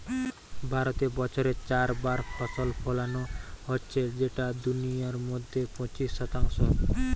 ভারতে বছরে চার বার ফসল ফোলানো হচ্ছে যেটা দুনিয়ার মধ্যে পঁচিশ শতাংশ